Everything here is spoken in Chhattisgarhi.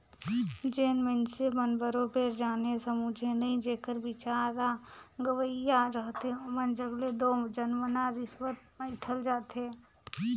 जेन मइनसे मन बरोबेर जाने समुझे नई जेकर बिचारा गंवइहां रहथे ओमन जग ले दो मनमना रिस्वत अंइठल जाथे